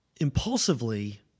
impulsively